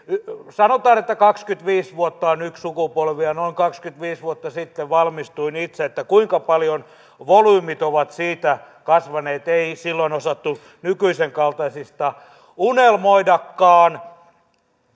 sanotaan että kaksikymmentäviisi vuotta on yksi sukupolvi noin kaksikymmentäviisi vuotta sitten valmistuin itse kuinka paljon volyymit ovat siitä kasvaneet ei silloin osattu nykyisen kaltaisista unelmoidakaan